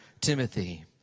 Timothy